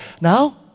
Now